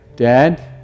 Dad